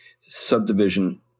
subdivision